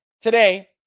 today